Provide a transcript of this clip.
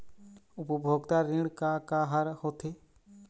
उपभोक्ता ऋण का का हर होथे?